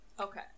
Okay